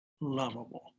lovable